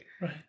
Right